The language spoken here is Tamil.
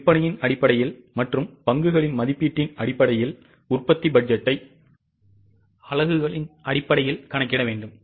விற்பனையின் அடிப்படையில் மற்றும் பங்குகளின் மதிப்பீட்டின் அடிப்படையில் உற்பத்தி பட்ஜெட்டை அலகுகளின் அடிப்படையில் கணக்கிட வேண்டும்